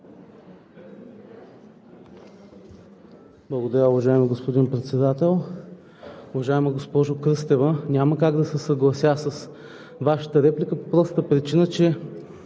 Благодаря, уважаеми господин Председател. Уважаема госпожо Кръстева, няма как да се съглася с Вашата реплика по простата причина, че